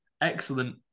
excellent